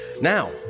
Now